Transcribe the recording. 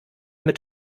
mit